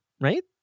right